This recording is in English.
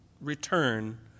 return